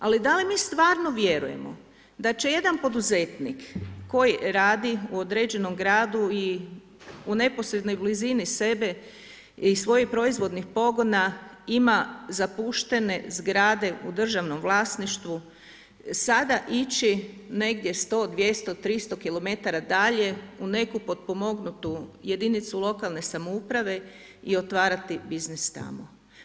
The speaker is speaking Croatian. Ali da li mi stvarno vjerujemo da će jedan poduzetnik koji radi u određenom gradu i u neposrednoj blizini sebe i svojih proizvodnih pogona ima zapuštene zgrade u državnom vlasništvu sada ići negdje 100, 200, 300 km dalje u neku potpomognutu jedinicu lokalne samouprave i otvarati biznis tamo?